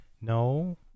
No